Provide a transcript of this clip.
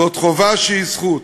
זו חובה שהיא זכות.